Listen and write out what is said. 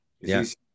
Yes